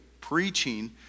preaching